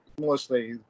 mostly